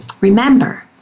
Remember